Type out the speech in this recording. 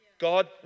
God